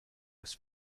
was